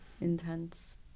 intense